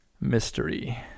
mystery